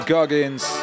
Goggins